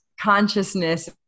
consciousness